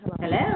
Hello